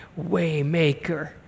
Waymaker